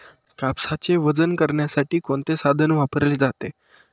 कापसाचे वजन करण्यासाठी कोणते साधन वापरले जाते?